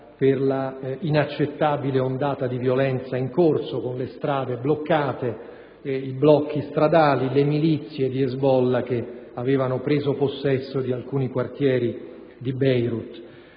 per l'inaccettabile ondata di violenza in corso che si manifestava con le strade bloccate, i blocchi stradali e le milizie di Hezbollah che avevano preso possesso di alcuni quartieri di Beirut.